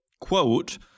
quote